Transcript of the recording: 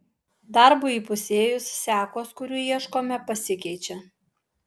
darbui įpusėjus sekos kurių ieškome pasikeičia